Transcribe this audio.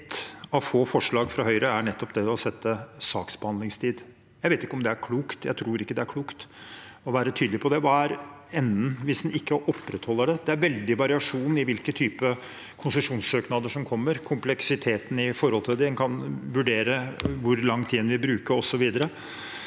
et av få forslag fra Høyre er nettopp det å sette en saksbehandlingstid. Jeg vet ikke om det er klokt. Jeg tror ikke det er klokt å være tydelig på det. Hva er enden hvis en ikke opprettholder det? Det er veldig variasjon i hvilken type konsesjonssøknader som kommer, kompleksiteten i det, en kan vurdere hvor lang tid en vil bruke, osv.